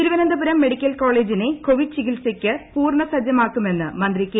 Thiruvananthapuram medical കോളേജിനെ Covid ന് ചികിത്സയ്ക്ക് പൂർണ്ണസജ്ജമാക്കുമെന്ന് മന്ത്രി കെ